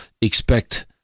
expect